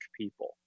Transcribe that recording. people